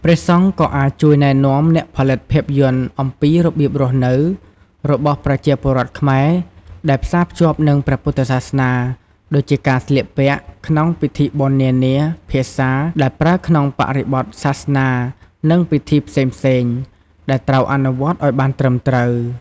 ព្រះសង្ឃក៏អាចជួយណែនាំអ្នកផលិតភាពយន្តអំពី របៀបរស់នៅ របស់ប្រជាពលរដ្ឋខ្មែរដែលផ្សារភ្ជាប់នឹងព្រះពុទ្ធសាសនា ដូចជា ការស្លៀកពាក់ ក្នុងពិធីបុណ្យនានា ភាសា ដែលប្រើក្នុងបរិបទសាសនា និង ពិធីផ្សេងៗ ដែលត្រូវអនុវត្តឲ្យបានត្រឹមត្រូវ។